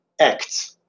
acts